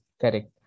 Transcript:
correct